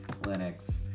Linux